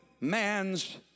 man's